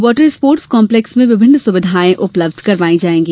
water sports complex में विभिन्न सुविघाएँ उपलब्ध करवाई जाएगी